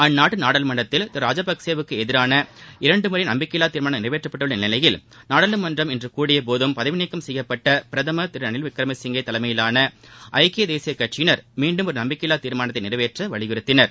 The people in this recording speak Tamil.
அந்நாட்டு நாடாளுமன்றத்தில் திரு ராஜபக்சே க்கு எதிராக இரண்டு முறை நம்பிக்கையில்வா தீர்மானம் நிறைவேற்றப்பட்டுள்ள நிலையில் நாடாளுமன்றம் இன்று கூடிய போதும் பதவி நீக்கம் செய்யப்பட்ட பிரதமா் திரு ரணில் விக்ரமசிங்கே தலைமையிலான ஐக்கிய தேசிய கட்சியினா மீண்டும் ஒரு நம்பிக்கையில்லா தீாமானத்தை நிறைவேற்ற வலியுறுத்தினர்